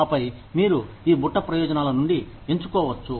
ఆపై మీరు ఈ బుట్ట ప్రయోజనాల నుండి ఎంచుకోవచ్చు